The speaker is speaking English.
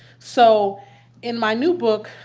so in my new book,